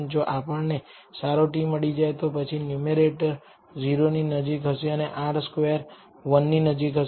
જો આપણને સારો t મળી જાય તો પછી ન્યૂમેરેટર 0 ની નજીક હશે અને R સ્ક્વેર 1 ની નજીક હશે